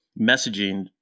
messaging